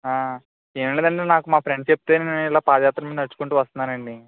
ఏం లేదండి నాకు మా ఫ్రెండ్ చెప్తే నేను ఇలా పాదయాత్ర మీద నడుచుకుంటూ వస్తున్నానండీ